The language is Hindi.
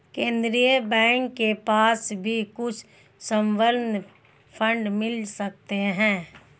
केन्द्रीय बैंक के पास भी कुछ सॉवरेन फंड मिल सकते हैं